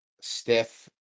stiff